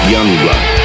Youngblood